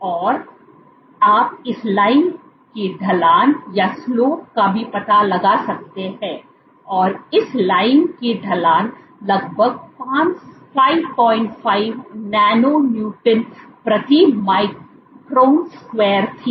और आप इस लाइन की ढलान का भी पता लगा सकते हैं और इस लाइन की ढलान लगभग 55 नैनो न्यूटन प्रति माइक्रोन स्क्वायर थी